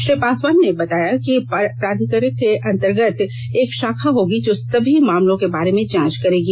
श्री पासवान ने बताया कि प्राधिकरण के अंतर्गत एक षाखा होगी जो सभी मामलों के बारे में जांच करेगी